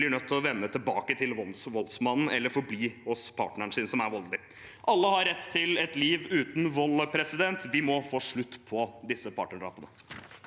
blir nødt til å vende tilbake til voldsmannen, eller til å forbli hos partneren sin, som er voldelig. Alle har rett til et liv uten vold. Vi må få slutt på partnerdrapene.